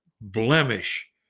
blemish